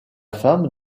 femme